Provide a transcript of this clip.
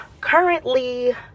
currently